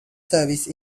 services